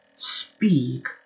Speak